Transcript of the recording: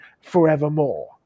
forevermore